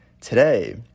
Today